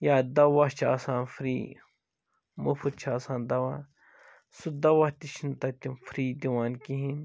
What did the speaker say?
یا دوا چھِ آسان فرٛی مُفت چھ آسان دوا سُہ دوا تہِ چھُ نہٕ تتہِ تِم فرٛی دِوان کِہیٖنٛۍ